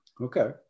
Okay